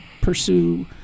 pursue